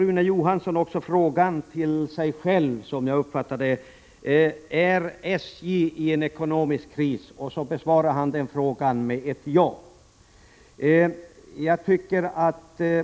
Rune Johansson ställer också frågan — till sig själv, som jag uppfattar det: Är SJien ekonomisk kris? Och han svarar ja på frågan.